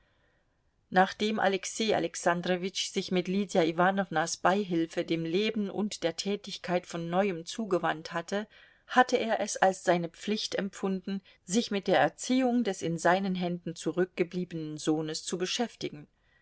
nachdem alexei alexandrowitsch sich mit lydia iwanownas beihilfe dem leben und der tätigkeit von neuem zugewandt hatte hatte er es als seine pflicht empfunden sich mit der erziehung des in seinen händen zurückgebliebenen sohnes zu beschäftigen